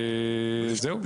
זהו.